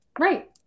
Right